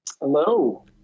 Hello